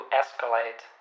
escalate